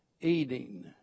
eating